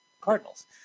Cardinals